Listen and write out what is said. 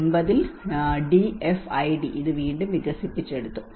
1999 ൽ ഡിഎഫ്ഐഡി ഇത് വീണ്ടും വികസിപ്പിച്ചെടുത്തു